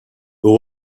they